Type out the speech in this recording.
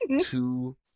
two